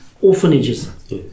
orphanages